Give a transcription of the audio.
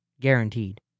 guaranteed